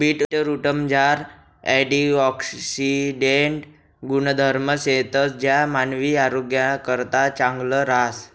बीटरूटमझार अँटिऑक्सिडेंट गुणधर्म शेतंस ज्या मानवी आरोग्यनाकरता चांगलं रहास